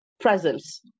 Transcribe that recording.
presence